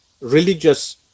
religious